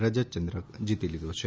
રજતચંદ્રક જીતી લીધો છે